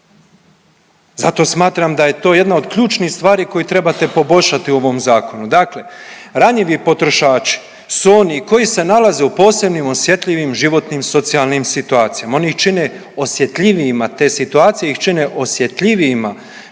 Zato smatram da je to jedna od ključnih stvari koju trebate poboljšati u ovom zakonu. Dakle, ranjivi potrošači su oni koji se nalaze u posebnim osjetljivim životnim, socijalnim situacijama oni ih čine osjetljivijima, te situacije ih čine osjetljivijima